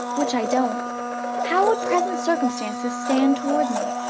which i don't how would present circumstances stand toward me?